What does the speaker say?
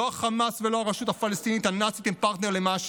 לא החמאס ולא הרשות הפלסטינית הנאצית הם פרטנר למשהו,